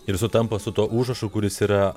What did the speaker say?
ir sutampa su tuo užrašu kuris yra